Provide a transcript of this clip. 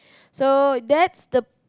so that's the